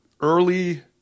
early